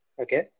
Okay